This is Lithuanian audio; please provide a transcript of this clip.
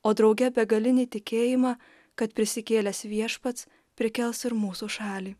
o drauge begalinį tikėjimą kad prisikėlęs viešpats prikels ir mūsų šalį